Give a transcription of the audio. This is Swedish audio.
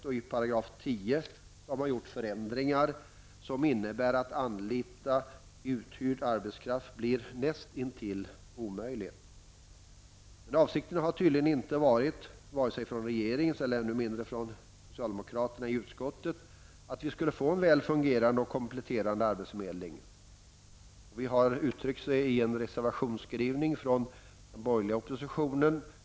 I 10 § har man gjort förändringar som innebär att det blir nästintill omöjligt att anlita hyrd arbetskraft. Avsikten har tydligen inte varit, varken från regeringen eller än mindre från socialdemokraterna i utskottet, att vi skulle få en väl fungerande och kompletterande arbetsförmedling. Vi har uttryckt det i en reservationsskrivning från den borgerliga oppositionen.